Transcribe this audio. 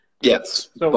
Yes